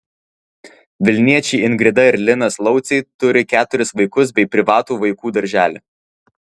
vilniečiai ingrida ir linas lauciai turi keturis vaikus bei privatų vaikų darželį